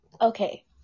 Okay